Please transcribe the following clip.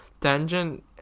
tangent